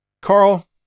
Carl